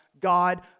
God